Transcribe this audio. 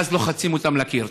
ואז לוחצים אותם לקיר.